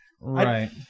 right